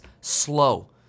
slow